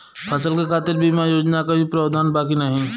फसल के खातीर बिमा योजना क भी प्रवाधान बा की नाही?